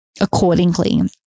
accordingly